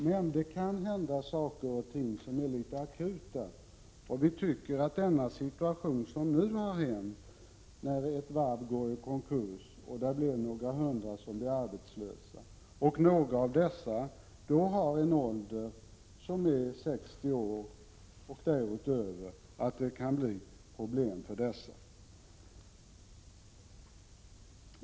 Men det kan uppstå situationer som är akuta, och vi tycker att det som nu har hänt — att ett varv går i konkurs och några hundra personer blir arbetslösa, av vilka några har en ålder på 60 år och därutöver — innebär problem.